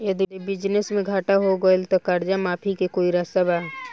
यदि बिजनेस मे घाटा हो गएल त कर्जा माफी के कोई रास्ता बा?